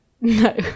No